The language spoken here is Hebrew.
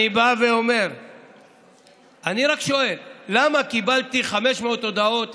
אני רק שואל: למה קיבלתי 500 הודעות סמ"ס,